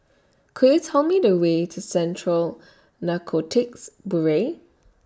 Could YOU Tell Me The Way to Central Narcotics Bureau